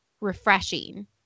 refreshing